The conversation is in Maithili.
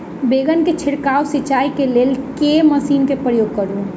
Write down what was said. बैंगन केँ छिड़काव सिचाई केँ लेल केँ मशीन केँ प्रयोग करू?